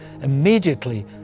immediately